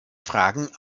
fragen